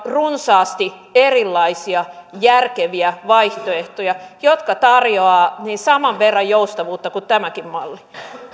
runsaasti erilaisia järkeviä vaihtoehtoja jotka tarjoavat saman verran joustavuutta kuin tämäkin malli